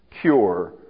cure